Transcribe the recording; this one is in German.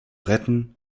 retten